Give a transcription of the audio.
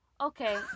okay